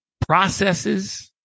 processes